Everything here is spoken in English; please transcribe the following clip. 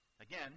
again